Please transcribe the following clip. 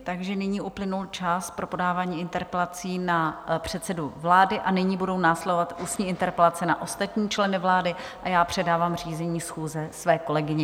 Takže nyní uplynul čas pro podávání interpelací na předsedu vlády, nyní budou následovat ústní interpelace na ostatní členy vlády a já předávám řízení schůze své kolegyni.